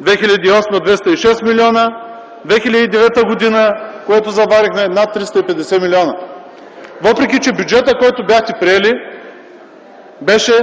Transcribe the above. г. – 206 млн.; 2009 г., която заварихме, над 350 млн., въпреки че бюджетът, който бяхте приели, беше